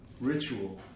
ritual